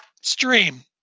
stream